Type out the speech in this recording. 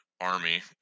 army